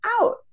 out